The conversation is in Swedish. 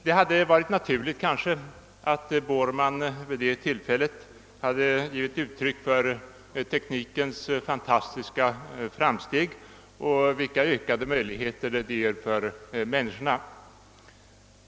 Det kanske hade varit naturligt att Borman vid det tillfället hade givit uttryck för teknikens fantastiska framsteg och vilka ökade möjligheter dessa ger för människorna.